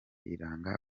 iranga